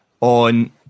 on